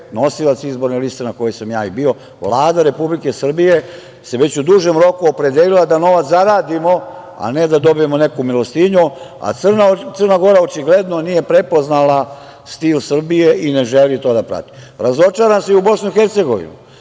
nosilac izborne liste na kojoj sam ja bio, Vlada Republike Srbije, se već u dužem roku opredelila da novac zaradimo, a ne da dobijemo neku milostinju, a Crna Gora očigledno nije prepoznala stil Srbije i ne želi to da prati. Razočaran sam i u Bosnu